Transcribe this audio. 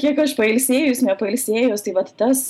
kiek aš pailsėjus nepailsėjus tai vat tas